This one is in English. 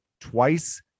twice